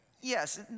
Yes